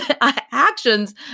actions